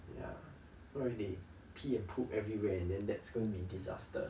ya so if they pee and poop everywhere and then that's gonna be disaster